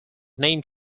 named